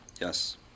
yes